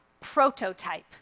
prototype